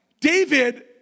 David